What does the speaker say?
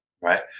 Right